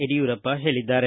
ಯಡಿಯೂರಪ್ಪ ಹೇಳಿದ್ದಾರೆ